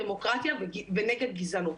דמוקרטיה ונגד גזענות,